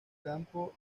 campo